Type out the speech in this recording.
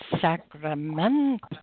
Sacramento